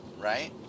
Right